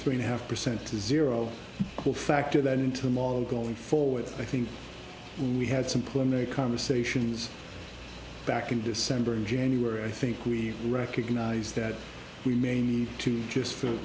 three and a half percent to zero will factor that into law going forward i think we had some plumeri conversations back in december and january i think we recognize that we may need to just for